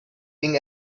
king